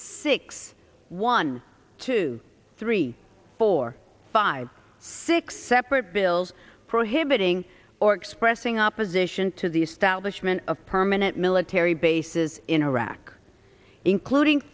six one two three four five six separate bills prohibiting or expressing opposition to the establishment of permanent military bases in iraq including